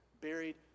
buried